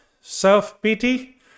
self-pity